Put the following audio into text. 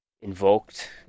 invoked